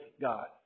God